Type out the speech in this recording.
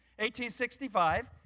1865